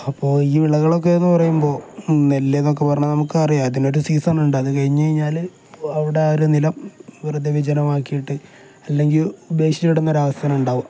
അപ്പോൾ ഈ വിളകളൊക്കെ എന്നു പറയുമ്പോൾ നെല്ല് എന്നൊക്കെ പറഞ്ഞാൽ നമുക്ക് അറിയാം ഇതിനൊരു സീസൺ ഉണ്ട് അത് കഴിഞ്ഞു കഴിഞ്ഞാൽ അവിടെ ആ ഒരു നിലം വെറുതെ വിജനമാക്കിയിട്ട് അല്ലെങ്കിൽ ഉപേക്ഷിച്ചിടുന്ന ഒരു അവസരം ഉണ്ടാവും